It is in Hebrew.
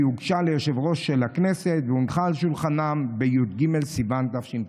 היא הוגשה ליושב-ראש הכנסת והונחה על שולחנכם בי"ג בסיוון תשפ"א.